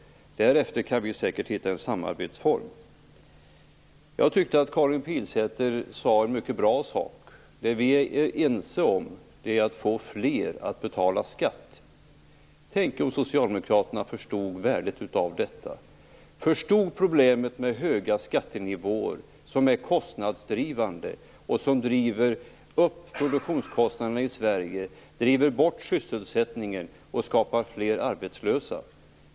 Därefter kan vi säkert hitta en samarbetsform. Jag tyckte att Karin Pilsäter sade en mycket bra sak: Det vi är ense om är att få fler att betala skatt. Tänk om Socialdemokraterna förstod värdet av detta och förstod problemet med höga skattenivåer som är kostnadsdrivande. De driver ju upp produktionskostnaderna i Sverige, driver bort sysselsättningen och skapar fler arbetslösa.